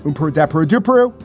and poor adepero dupre.